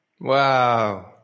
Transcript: Wow